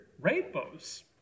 rainbows